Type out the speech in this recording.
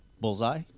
bullseye